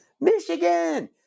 Michigan